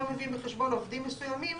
לא מביאים בחשבון עובדים מסוימים